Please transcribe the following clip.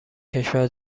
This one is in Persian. کشور